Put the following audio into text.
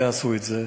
ועשו את זה.